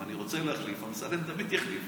אם אני רוצה להחליף, אמסלם דוד יחליף.